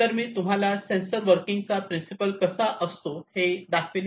तर मी तुम्हाला स सेन्सर चा वर्किंग प्रिन्सिपल कसा असतो हे दाखवेल